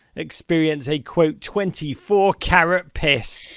experience a, quote, twenty four karat piss.